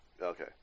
Okay